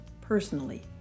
personally